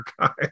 guy